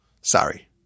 Sorry